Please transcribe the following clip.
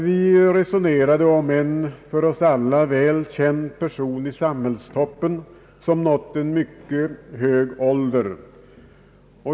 Vi resonerade om en för oss alla väl känd person i samhällstoppen som nått en mycket hög ålder.